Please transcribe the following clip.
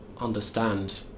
understand